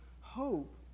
hope